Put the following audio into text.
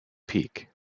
peak